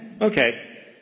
Okay